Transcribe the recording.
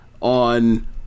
On